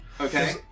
Okay